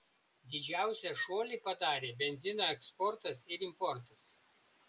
didžiausią šuolį padarė benzino eksportas ir importas